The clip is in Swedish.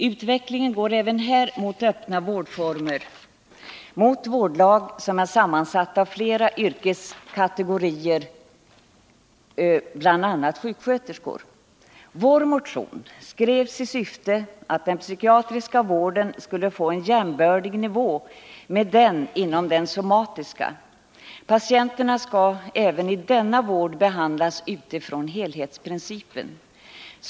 Utvecklingen går även här mot öppna vårdformer, mot vårdlag som är sammansatta av flera yrkeskategorier, bl.a. sjuksköterskor. Vår motion skrevs i syfte att åstadkomma en psykiatrisk vård på jämbördig nivå med den somatiska. Patienterna skall även i denna vård behandlas utifrån helhetsprincipen.